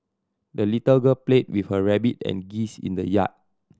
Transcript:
the little girl played with her rabbit and geese in the yard